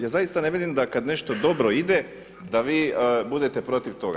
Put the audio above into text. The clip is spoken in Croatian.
Ja zaista ne vidim da kad nešto dobro ide da vi budete protiv toga.